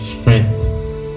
strength